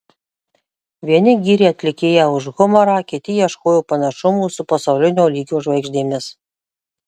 vieni gyrė atlikėją už humorą kiti ieškojo panašumų su pasaulinio lygio žvaigždėmis